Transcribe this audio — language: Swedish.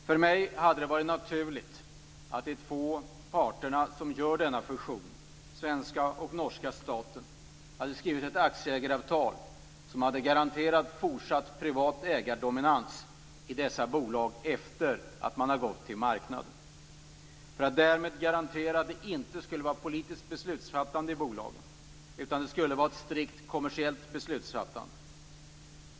För mig hade det varit naturligt att de två parterna som gör denna fusion, den svenska och den norska staten, hade skrivit ett aktieägaravtal som hade garanterat fortsatt privat ägardominans i dessa bolag efter att man gått till marknaden för att därmed garantera att det inte skulle vara politiskt beslutsfattande i bolagen utan att det skulle vara ett strikt kommersiellt beslutsfattande.